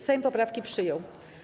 Sejm poprawki przyjął.